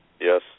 Yes